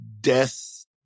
death